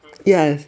yes